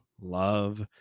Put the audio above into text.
Love